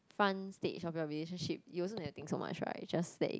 front stage of your relationship you also never think so much right just say